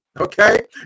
okay